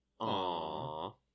Aww